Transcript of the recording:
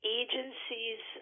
agencies